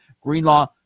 Greenlaw